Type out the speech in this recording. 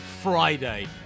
Friday